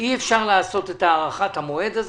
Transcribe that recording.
תתאפשר הארכת המועד.